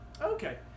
okay